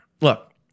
Look